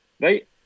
right